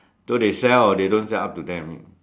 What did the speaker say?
so they sell or they don't sell up to them